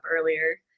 earlier